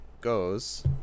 goes